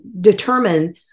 determine